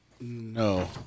no